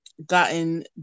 gotten